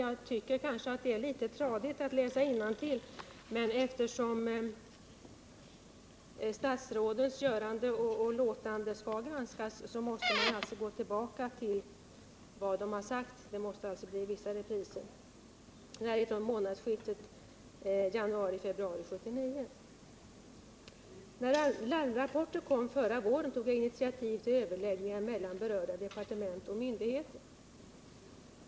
Jag tycker att det är litet tradigt att läsa innantill, men eftersom statsrådens görande och låtande skall granskas, måste jag gå tillbaka till vad de har sagt. Det måste alltså bli vissa repriser. Det här uttalandet är från månadsskiftet januari-februari 1979: ”När larmrapporter kom förra våren tog jag initiativ till överläggningar mellan de berörda departementen och myndigheterna.